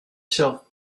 shelf